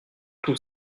tous